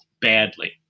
badly